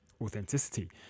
authenticity